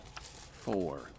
Four